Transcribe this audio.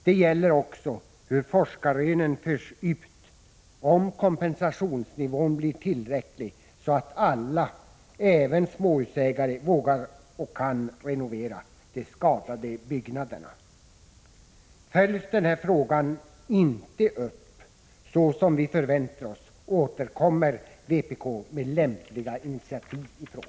Det gäller också hur forskarrönen förs ut och om kompensationsnivån blir tillräcklig så att alla, även småhusägare, vågar och kan renovera de skadade byggnaderna. Följs inte den här frågan upp så som vi förväntar oss, återkommer vi i vpk med förslag på lämpliga initiativ i den.